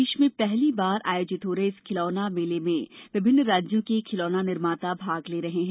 देश में पहली बार आयोजित हो रहे इस खिलौना मेले में विभिन्न राज्यों के खिलौना निर्माता भाग ले रहे हैं